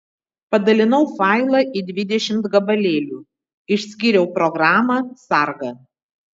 padalinau failą į dvidešimt gabalėlių išskyriau programą sargą